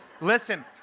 listen